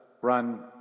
run